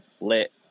lit